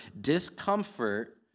discomfort